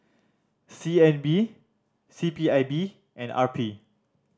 C N B C P I B and R P